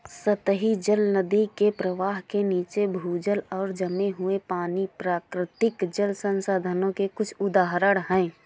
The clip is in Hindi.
सतही जल, नदी के प्रवाह के नीचे, भूजल और जमे हुए पानी, प्राकृतिक जल संसाधनों के कुछ उदाहरण हैं